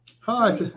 Hi